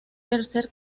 tercer